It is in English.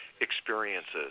experiences